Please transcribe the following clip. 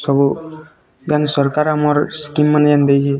ସବୁ ଯେନ୍ ସରକାର୍ ଆମର୍ ସ୍କିମ୍ ମାନେ ଯେନ୍ ଦେଇଛେ